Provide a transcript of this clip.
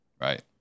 right